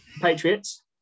Patriots